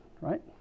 right